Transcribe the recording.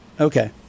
Okay